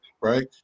right